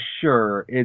sure